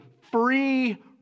free